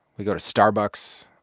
we go to starbucks.